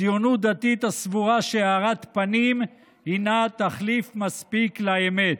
ציונות דתית הסבורה שהארת פנים הינה תחליף מספיק לאמת.